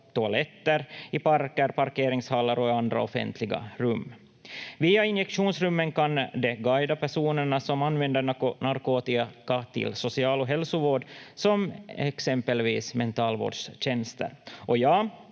toaletter, i parker, parkeringshallar och andra offentliga rum. Via injektionsrummen kan man guida personerna som använder narkotika till social- och hälsovård, som exempelvis mentalvårdstjänster. Och ja,